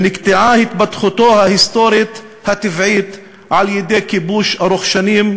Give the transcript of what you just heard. ונקטעה התפתחותו ההיסטורית הטבעית על-ידי כיבוש ארוך-שנים,